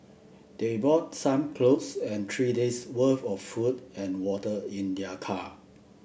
they brought some clothes and three days' worth of food and water in their car